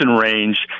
range